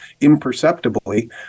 imperceptibly